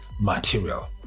material